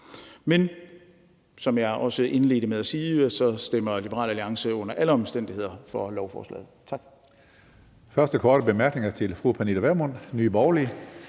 Men som jeg også indledte med at sige, stemmer Liberal Alliance under alle omstændigheder for lovforslaget. Tak.